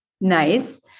Nice